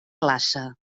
classe